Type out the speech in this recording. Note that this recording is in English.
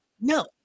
No